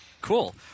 Cool